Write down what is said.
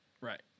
Right